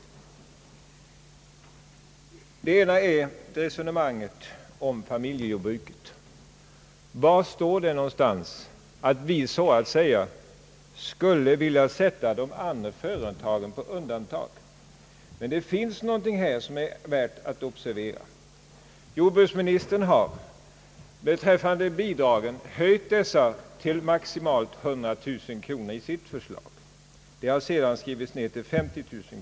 Ett av dessa spörsmål är resonemanget om familjejordbruket. Var står det, att vi skulle vilja sätta de andra företagen på undantag? Men det finns någonting här, som är värt att observera. Jordbruksministern har höjt bidragen till maximalt 100000 kronor i sitt förslag. Det har sedan skrivits ned till 50 000.